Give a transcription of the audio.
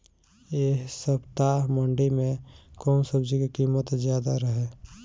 एह सप्ताह मंडी में कउन सब्जी के कीमत ज्यादा रहे?